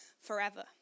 forever